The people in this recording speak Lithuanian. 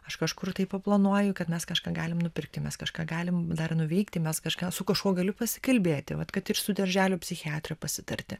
aš kažkur tai paplanuoju kad mes kažką galim nupirkt jei mes kažką galim dar nuveikti mes kažką su kažkuo galiu pasikalbėti vat kad ir su darželio psichiatre pasitarti